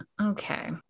Okay